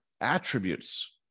attributes